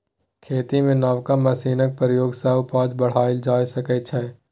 खेती मे नबका मशीनक प्रयोग सँ उपजा केँ बढ़ाएल जा सकै छै